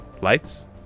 Lights